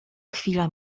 chwila